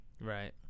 Right